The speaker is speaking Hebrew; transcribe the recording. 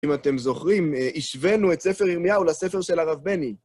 אם אתם זוכרים, השוונו את ספר ירמיהו לספר של הרב בני.